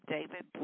David